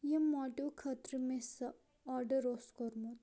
یمہ موٹو خٲطرٕ مےٚ سُہ آرڈر اوس کوٚرمُت